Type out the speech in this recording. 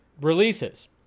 releases